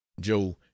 joe